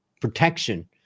protection